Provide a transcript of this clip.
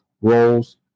roles